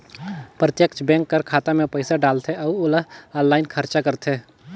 प्रत्यक्छ बेंक कर खाता में पइसा डालथे अउ ओला आनलाईन खरचा करथे